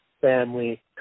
family